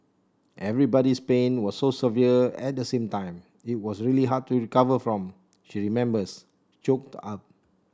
everybody's pain was so severe at the same time it was really hard to recover from she remembers choked up